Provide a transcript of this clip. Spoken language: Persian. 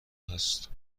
هست